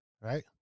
Right